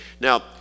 Now